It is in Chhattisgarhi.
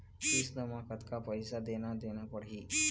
किस्त म कतका पैसा देना देना पड़ही?